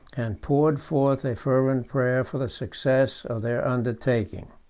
and poured forth a fervent prayer for the success of their undertaking.